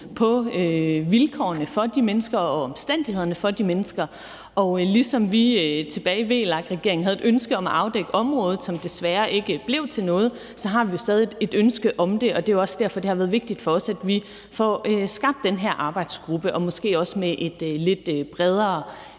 på vilkårene og omstændighederne for de mennesker. Ligesom vi tilbage i VLAK-regeringen havde et ønske om at afdække området, som desværre ikke blev til noget, så har vi stadig et ønske om det, og det er jo også derfor, at det har været vigtigt for os, at vi får skabt den her arbejdsgruppe, og at det måske også er med et lidt bredere